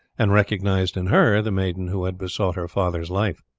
and recognized in her the maiden who had besought her father's life.